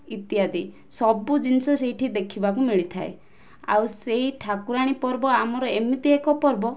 ଇତ୍ୟାଦି ସବୁ ଜିନିଷ ସେଇଠି ଦେଖିବାକୁ ମିଳିଥାଏ ଆଉ ସେହି ଠାକୁରାଣୀ ପର୍ବ ଆମର ଏମିତି ଏକ ପର୍ବ